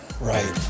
Right